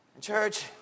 church